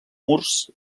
murs